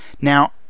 Now